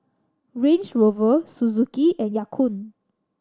Range Rover Suzuki and Ya Kun